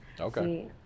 Okay